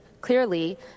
clearly